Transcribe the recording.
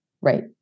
Right